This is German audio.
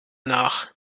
nach